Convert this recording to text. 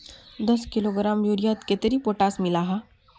दस किलोग्राम यूरियात कतेरी पोटास मिला हाँ?